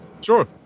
Sure